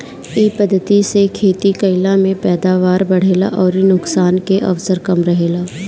इ पद्धति से खेती कईला में पैदावार बढ़ेला अउरी नुकसान के अवसर कम रहेला